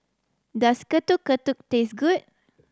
does Getuk Getuk taste good